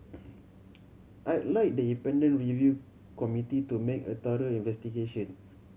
I like the independent review committee to make a thorough investigation